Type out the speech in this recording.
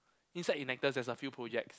inside Enactus there's a few projects